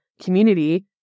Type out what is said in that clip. community